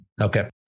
Okay